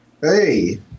Hey